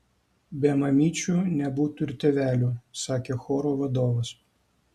be mamyčių nebūtų ir tėvelių sakė choro vadovas